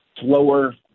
slower